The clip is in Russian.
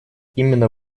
именно